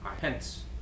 hence